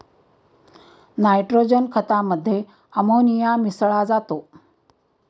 nitrogen खतामध्ये ammonia मिसळा जातो